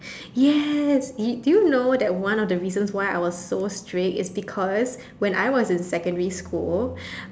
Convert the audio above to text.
yes do you do you know that one of the reasons why I am so strict is because when I was in secondary school